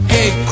Hey